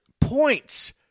points